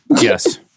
Yes